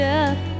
up